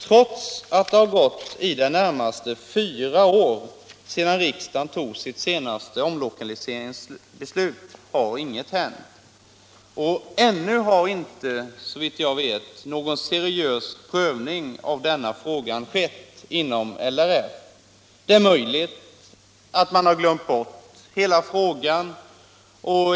Trots att det nu har gått i det närmaste fyra år sedan riksdagen fattade sitt senaste omlokaliseringsbeslut har inget hänt. Ännu har, såvitt jag vet, inte någon seriös prövning skett av frågan inom LRF. Det är möjligt att man har glömt bort hela frågan.